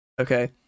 Okay